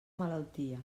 malaltia